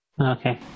okay